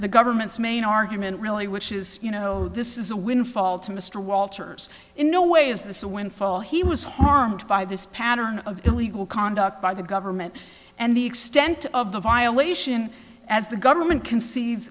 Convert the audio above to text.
the government's main argument really which is you know this is a windfall to mr walters in no way is this a windfall he was harmed by this pattern of illegal conduct by the government and the extent of the violation as the government c